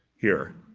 here.